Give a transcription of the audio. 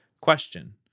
Question